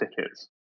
tickets